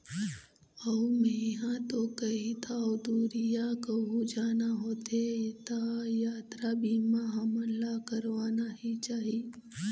अऊ मेंहा तो कहिथँव दुरिहा कहूँ जाना होथे त यातरा बीमा हमन ला करवाना ही चाही